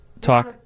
Talk